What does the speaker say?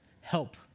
Help